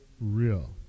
real